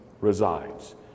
resides